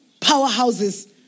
powerhouses